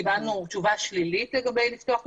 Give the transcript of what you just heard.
קיבלנו תשובה שלילית לגבי לפתוח את